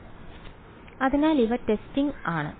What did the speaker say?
വിദ്യാർത്ഥി അതിനാൽ സർ ഇവ ടെസ്റ്റിംഗ് ആണ്